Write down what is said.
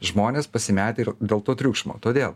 žmonės pasimetę ir dėl to triukšmo todėl